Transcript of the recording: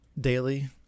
daily